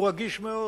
הוא רגיש מאוד